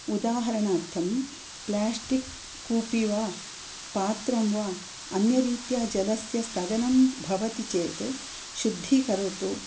उदाहरणार्थं प्लास्टिक् कूपी वा पात्रं वा अन्यरीत्या जलस्य स्थगनं भवति चेत् शुद्धीकरोतु